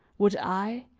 would i,